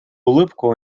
улыбку